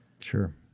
Sure